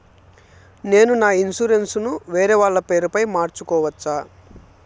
నేను నా ఇన్సూరెన్సు ను వేరేవాళ్ల పేరుపై మార్సుకోవచ్చా?